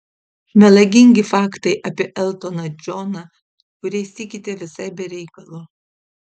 melagingi faktai apie eltoną džoną kuriais tikite visai be reikalo